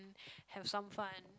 have some fun